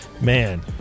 man